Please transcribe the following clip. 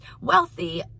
wealthy